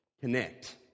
connect